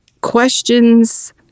questions